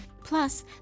Plus